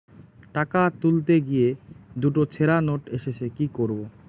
টাকা তুলতে গিয়ে দুটো ছেড়া নোট এসেছে কি করবো?